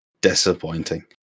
disappointing